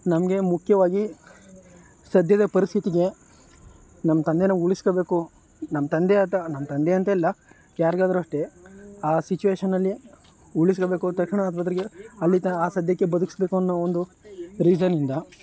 ನಮಗೆ ಮುಖ್ಯವಾಗಿ ಸದ್ಯದ ಪರಿಸ್ಥಿತಿಗೆ ನಮ್ಮ ತಂದೆನ ಉಳಿಸ್ಕೊಳ್ಬೇಕು ನಮ್ಮ ತಂದೆ ಆತ ನಮ್ಮ ತಂದೆ ಅಂತಲ್ಲ ಯಾರಿಗಾದರೂ ಅಷ್ಟೇ ಆ ಸಿಚುಯೇಷನ್ನಲ್ಲಿ ಉಳಿಸ್ಕೊಳ್ಬೇಕು ಅಂದ ತಕ್ಷಣ ಆಸ್ಪತ್ರೆಗೆ ಅಲ್ಲಿ ಆ ಸದ್ಯಕ್ಕೆ ಬದುಕಿಸ್ಬೇಕು ಅನ್ನೋ ಒಂದು ರೀಸನ್ನಿಂದ